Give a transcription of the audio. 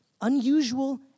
Unusual